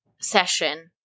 session